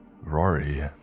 Rory